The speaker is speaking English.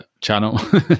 channel